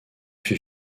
fut